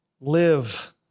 live